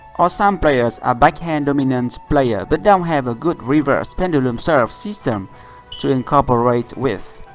or some players are backhand dominant players but don't have a good reverse pendulum serve system to incorporate with.